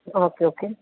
okay okay